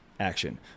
Action